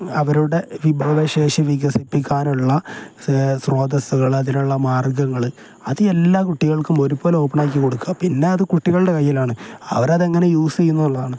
അവരുടെ വിഭവശേഷി വികസിപ്പിക്കാനുള്ള സ്രോതസ്സകൾ അതിനുള്ള മാർഗ്ഗങ്ങൾ അത് എല്ലാ കുട്ടികൾക്കും ഒരുപോലെ ഓപ്പണാക്കി കൊടുക്കുക പിന്നെ അത് കുട്ടികളുടെ കൈയിലാണ് അവർ അതെങ്ങനെ യൂസ് ചെയ്യുന്നതാണ്